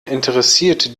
interessiert